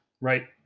right